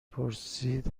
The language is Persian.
پرسید